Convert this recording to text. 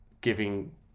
giving